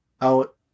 out